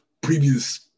previous